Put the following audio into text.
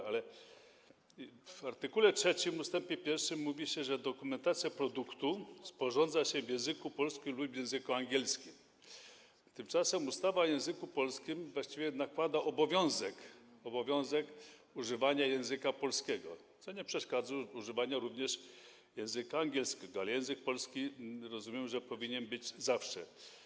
W art. 3 ust. 1 mówi się, że dokumentację produktu sporządza się w języku polskim lub w języku angielskim, tymczasem ustawa o języku polskim właściwie nakłada obowiązek używania języka polskiego, co nie przeszkadza w używaniu również języka angielskiego, ale język polski, rozumiem, powinien być zawsze.